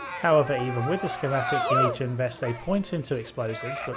however, even with the schematic, you need to invest a point into explosives, but